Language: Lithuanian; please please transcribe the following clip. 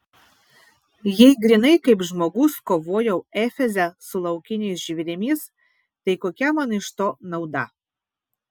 jei grynai kaip žmogus kovojau efeze su laukiniais žvėrimis tai kokia man iš to nauda